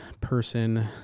person